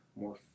more